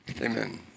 Amen